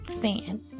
fan